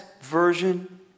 version